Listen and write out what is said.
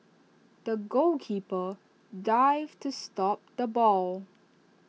the goalkeeper dived to stop the ball